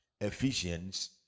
Ephesians